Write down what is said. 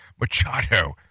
Machado